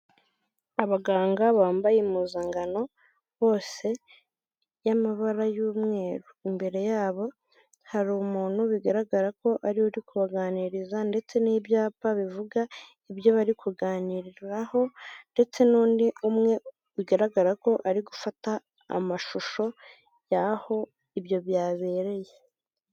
Abaganga bambaye impuzangano bose, y'amabara y'umweru. Imbere yabo hari umuntu bigaragara ko ari we uri kubaganiriza ndetse n'ibyapa bivuga ibyo bari kuganiraho ndetse n'undi umwe bigaragara ko ari gufata amashusho y'aho ibyo byabereye.